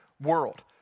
world